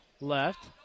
left